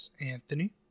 Anthony